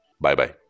Bye-bye